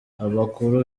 abakuru